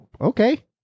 okay